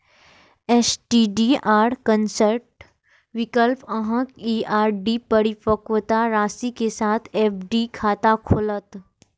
STDR convert विकल्प अहांक ई आर.डी परिपक्वता राशि के साथ एफ.डी खाता खोलत